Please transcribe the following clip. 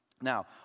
Now